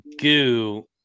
goo